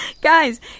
Guys